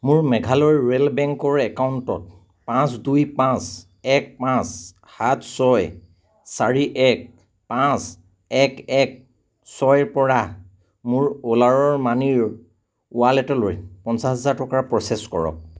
মোৰ মেঘালয় ৰুৰেল বেংকৰ একাউণ্টত পাঁচ দুই পাঁচ এক পাঁচ সাত ছয় চাৰি এক পাঁচ এক এক ছয়ৰপৰা মোৰ অ'লাৰৰ মানিৰ ৱালেটলৈ পঞ্চাছ হাজাৰ টকা প্ৰ'চেছ কৰক